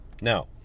Now